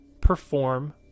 perform